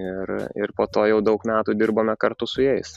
ir ir po to jau daug metų dirbome kartu su jais